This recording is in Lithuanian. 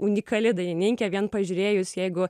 unikali dainininkė vien pažiūrėjus jeigu